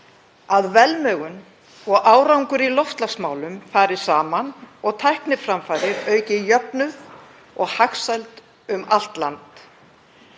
Að velmegun og árangur í loftslagsmálum fari saman og tækniframfarir auki jöfnuð og hagsæld um allt land.